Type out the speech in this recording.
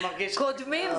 קודם כל,